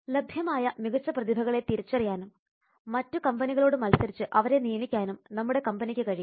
ലഭ്യമായ മികച്ച പ്രതിഭകളെ തിരിച്ചറിയാനും മറ്റ് കമ്പനികളോട് മത്സരിച്ച് അവരെ നിയമിക്കാനും നമ്മുടെ കമ്പനിക്ക് കഴിയും